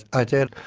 i did.